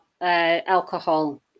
alcohol